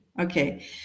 Okay